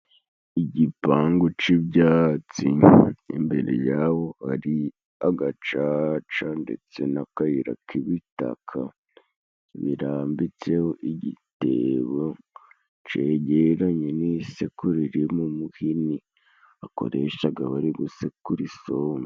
Igipangu c'ibyatsi ,imbere yaho hari agacaca ndetse n'akayira k'ibitaka ,birambitseho igitebo cegeranye n'isekuro irimo umuhini bakoreshaga bari gusekura isombe.